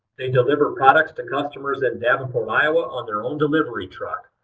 they deliver products to customers in davenport, iowa on their own deliver truck.